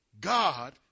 God